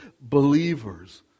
believers